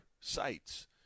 sites